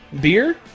Beer